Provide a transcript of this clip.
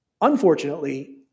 Unfortunately